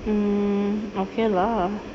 mm okay lah